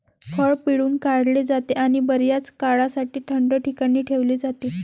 फळ पिळून काढले जाते आणि बर्याच काळासाठी थंड ठिकाणी ठेवले जाते